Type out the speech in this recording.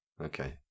Okay